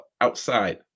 outside